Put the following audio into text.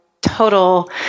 total